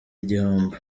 igihombo